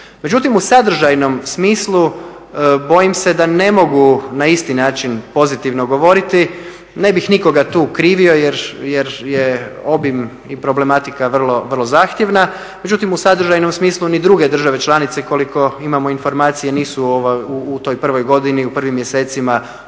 Međutim, u sadržajnom smislu bojim se da ne mogu na isti način pozitivno govoriti. Ne bih nikoga tu krivio jer je obim i problematika vrlo zahtjevna, međutim u sadržajnom smislu ni druge države članice koliko imamo informacije nisu u toj prvoj godini, u prvim mjesecima